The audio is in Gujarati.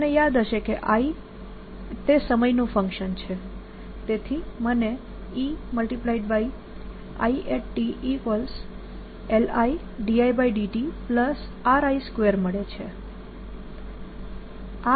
તમને યાદ હશે કે I એ સમયનું ફંક્શન છે તેથી મને E ItLIdIdtRI2 મળે છે